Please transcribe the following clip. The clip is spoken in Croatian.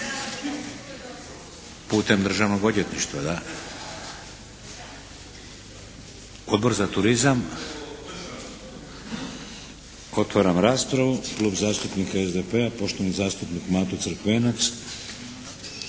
Putem Državnog odvjetništva, da. Odbor za turizam. Otvaram raspravu. Klub zastupnika SDP-a poštovani zastupnik Mato Crkvenac.